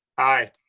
aye.